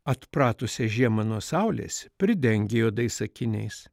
atpratusią žiemą nuo saulės pridengia juodais akiniais